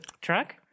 truck